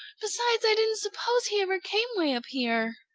besides, i didn't suppose he ever came way up here.